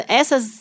essas